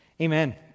Amen